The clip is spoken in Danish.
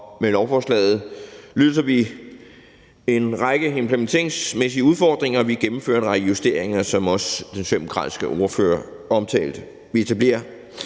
Med lovforslaget løser vi en række implementeringsmæssige udfordringer, og vi gennemfører en række justeringer, som den socialdemokratiske ordfører også omtalte. Vi etablerer